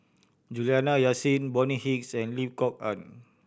Juliana Yasin Bonny Hicks and Lim Kok Ann